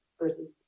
versus